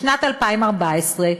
בשנת 2014,